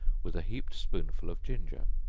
with a heaped spoonful of ginger,